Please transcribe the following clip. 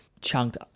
chunked